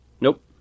Nope